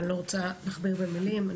אני לא רוצה להכביר במילים.